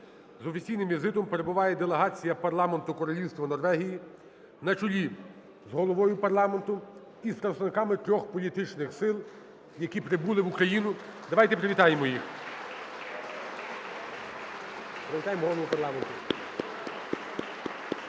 з офіційним візитом перебуває делегація парламенту Королівства Норвегії на чолі з головою парламенту і з представниками трьох політичних сил, які прибули в Україну. Давайте привітаємо їх.